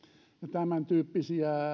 tämäntyyppisiä